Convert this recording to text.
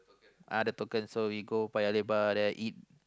uh the token so we go Paya-Lebar there eat